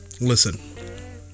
Listen